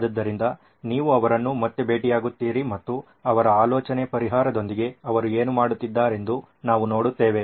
ಆದ್ದರಿಂದ ನೀವು ಅವರನ್ನು ಮತ್ತೆ ಭೇಟಿಯಾಗುತ್ತೀರಿ ಮತ್ತು ಅವರ ಆಲೋಚನೆ ಪರಿಹಾರದೊಂದಿಗೆ ಅವರು ಏನು ಮಾಡುತ್ತಾರೆಂದು ನಾವು ನೋಡುತ್ತೇವೆ